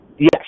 Yes